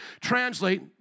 translate